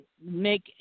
make